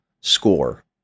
score